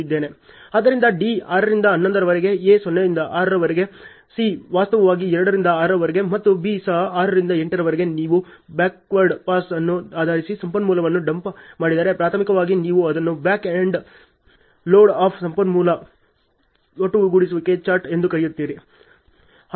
ಆದ್ದರಿಂದ D 6 ರಿಂದ 11 ರವರೆಗೆ A 0 ರಿಂದ 6 ರವರೆಗೆ C ವಾಸ್ತವವಾಗಿ 2 ರಿಂದ 6 ರವರೆಗೆ ಮತ್ತು B ಸಹ 6 ರಿಂದ 8 ರವರೆಗೆ ನೀವು ಬ್ಯಾಕ್ವರ್ಡ್ ಪಾಸ್ ಅನ್ನು ಆಧರಿಸಿ ಸಂಪನ್ಮೂಲವನ್ನು ಡಂಪ್ ಮಾಡಿದರೆ ಪ್ರಾಥಮಿಕವಾಗಿ ನೀವು ಅದನ್ನು ಬ್ಯಾಕ್ ಇಂಡ್ ಲೋಡ್ ಆಫ್ ಸಂಪನ್ಮೂಲ ಒಟ್ಟುಗೂಡಿಸುವಿಕೆಯ ಚಾರ್ಟ್ ಎಂದು ಕರೆಯುತ್ತೀರಿ